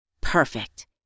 Perfect